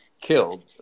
killed